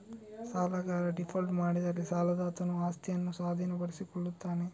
ಸಾಲಗಾರ ಡೀಫಾಲ್ಟ್ ಮಾಡಿದರೆ ಸಾಲದಾತನು ಆಸ್ತಿಯನ್ನು ಸ್ವಾಧೀನಪಡಿಸಿಕೊಳ್ಳುತ್ತಾನೆ